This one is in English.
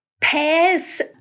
pears